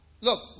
Look